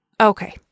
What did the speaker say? Okay